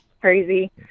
crazy